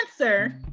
answer